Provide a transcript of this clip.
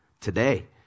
today